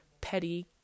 petty